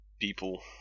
people